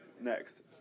Next